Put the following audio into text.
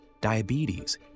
diabetes